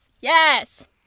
Yes